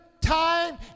time